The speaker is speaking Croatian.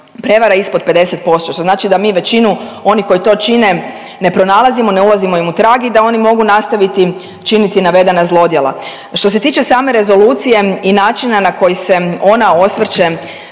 prijevara ispod 50%, što znači da mi većinu onih koji to čine ne pronalazimo, ne ulazimo im u trag i da oni mogu nastaviti činiti navedena zlodjela. Što se tiče same rezolucije i načina na koji se ona osvrće